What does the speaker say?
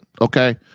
Okay